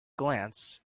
glance